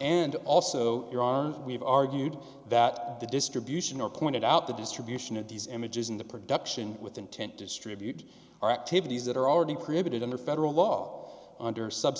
and also iran we've argued that the distribution or pointed out the distribution of these images in the production with intent to distribute are activities that are already created under federal law under sub